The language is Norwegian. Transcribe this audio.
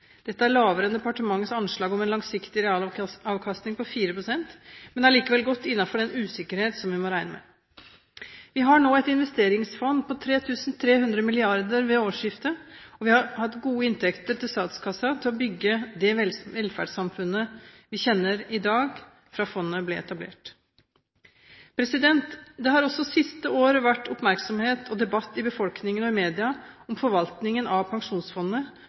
Dette er lavere enn departementets anslag om en langsiktig realavkastning på 4 pst., men er likevel godt innenfor den usikkerhet som vi må regne med. Vi har et investeringsfond på 3 300 mrd. kr ved årsskiftet, og vi har hatt gode inntekter til statskassen til å bygge det velferdssamfunnet vi kjenner i dag, fra fondet ble etablert. Det har også siste år vært oppmerksomhet og debatt i befolkningen og i media om forvaltningen av pensjonsfondet,